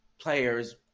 Players